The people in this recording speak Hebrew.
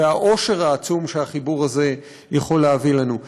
והעושר העצום שהחיבור הזה יכול להביא לנו.